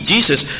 Jesus